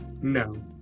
No